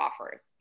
offers